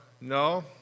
no